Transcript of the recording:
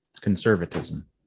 Conservatism